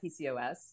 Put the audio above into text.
PCOS